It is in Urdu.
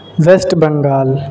ویسٹ بنگال